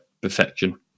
perfection